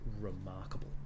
remarkable